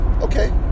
Okay